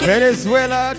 Venezuela